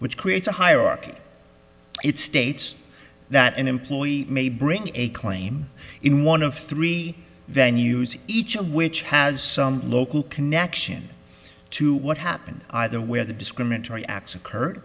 which creates a hierarchy it states that an employee may bring a claim in one of three venue's each of which has some local connection to what happened either where the discriminatory acts occurred